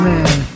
Man